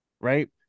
right